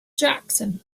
jackson